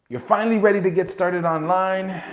you're finally ready to get started online.